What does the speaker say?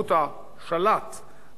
באיזה ערוץ לצפות.